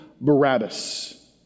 Barabbas